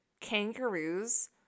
kangaroos